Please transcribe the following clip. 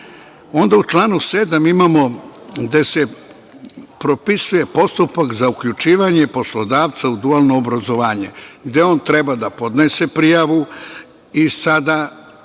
u članu 7. imamo da se propisuje postupak za uključivanje poslodavca u dualno obrazovanje, gde on treba da podnese prijavu i sada